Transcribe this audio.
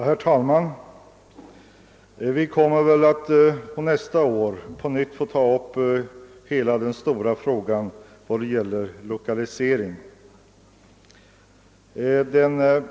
Herr talman! Vi får väl nästa år på nytt ta upp hela den stora frågan om lokaliseringen.